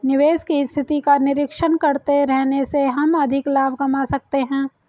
निवेश की स्थिति का निरीक्षण करते रहने से हम अधिक लाभ कमा सकते हैं